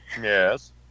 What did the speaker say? Yes